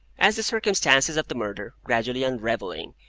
as the circumstances of the murder, gradually unravelling,